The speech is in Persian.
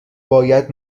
باید